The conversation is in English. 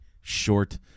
short